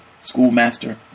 schoolmaster